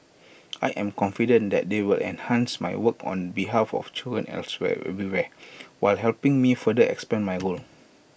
I am confident that they will enhance my work on behalf of children elsewhere everywhere while helping me further expand my role